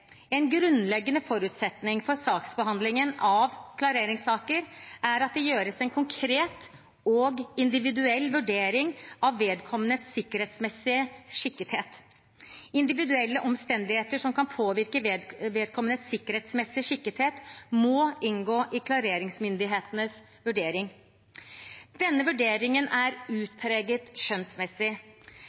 En grunnleggende forutsetning for saksbehandlingen av klareringssaker er at det gjøres en konkret og individuell vurdering av vedkommendes sikkerhetsmessige skikkethet. Individuelle omstendigheter som kan påvirke vedkommendes sikkerhetsmessige skikkethet, må inngå i klareringsmyndighetenes vurdering. Denne vurderingen er utpreget skjønnsmessig.